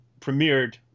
premiered